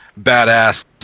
badass